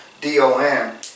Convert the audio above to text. D-O-M